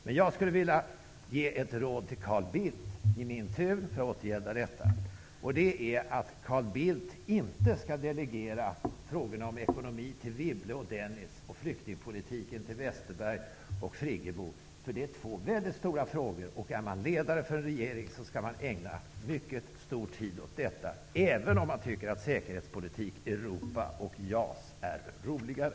Men jag skulle vilja ge ett råd till Carl Bildt i min tur för att återgälda detta, nämligen att Carl Bildt inte skall delegera frågorna om ekonomi till Wibble och Dennis, och om flyktingpolitiken till Westerberg och Friggebo därför att det är två mycket stora frågor. Är man ledare för en regering, skall man ägna mycket stor del av tiden åt detta, även om man tycker att säkerhetspolitik, Europa och JAS är roligare.